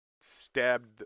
stabbed